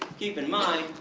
keep in mind,